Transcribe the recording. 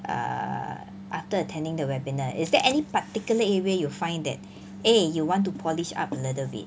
err after attending the webinar is there any particular area you find that eh you want to polish up a little bit